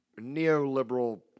neoliberal